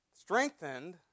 Strengthened